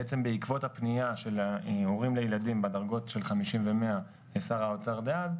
בעצם בעקבות הפנייה של ההורים לילדים בדרגות של 50 ו-100 לשר האוצר דאז,